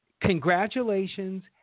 congratulations